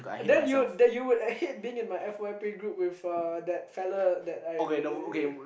then you would that you would at hate being in my F_Y_P group with uh that fella that I uh